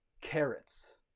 carrots